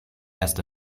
erst